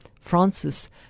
Francis